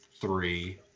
three